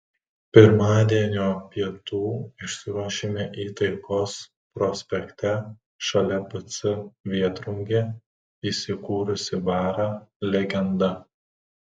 pirmadienio pietų išsiruošėme į taikos prospekte šalia pc vėtrungė įsikūrusį barą legenda